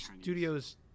Studios